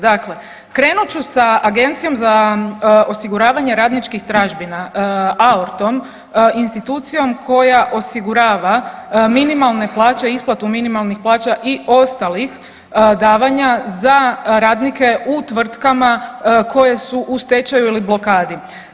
Dakle, krenut ću sa Agencijom za osiguravanje radničkih tražbina AORT-om, institucijom koja osigurava minimalne plaće i isplatu minimalnih plaća i ostalih davanja za radnike u tvrtkama koje su u stečaju ili blokadi.